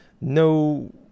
no